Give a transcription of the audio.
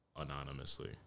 anonymously